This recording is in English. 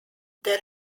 there